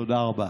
תודה רבה.